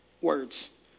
words